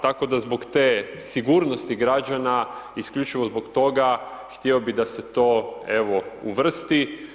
Tako da zbog te sigurnosti građana, isključivo zbog toga htio bi da se to evo uvrsti.